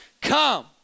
come